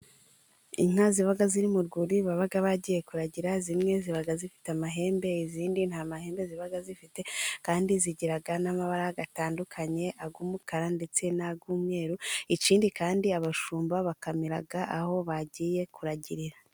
Inka ziba ziri mu rwuri baba bagiye kuragira, zimwe ziba zifite amahembe, izindi nta mahembe ziba zifite, kandi zigira n'amabara atandukanye ay'umukara ndetse n'ay'umweru, ikindi kandi abashumba bakamira aho bagiye kuragirira.